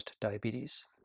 diabetes